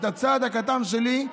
הצעד הקטן שלי,